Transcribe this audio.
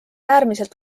äärmiselt